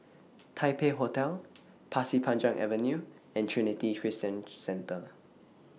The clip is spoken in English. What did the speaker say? Taipei Hotel Pasir Panjang Avenue and Trinity Christian Centre